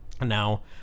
Now